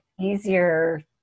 easier